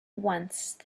once